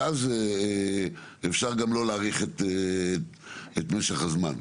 ואז אפשר גם לא להאריך את משך הזמן.